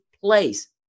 place